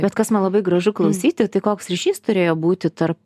bet kas man labai gražu klausyti tai koks ryšys turėjo būti tarp